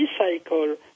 recycle